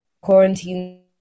quarantine